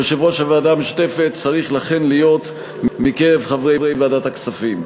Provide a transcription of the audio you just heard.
יושב-ראש הוועדה המשותפת צריך להיות מקרב חברי ועדת הכספים.